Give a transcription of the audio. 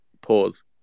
pause